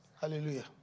Hallelujah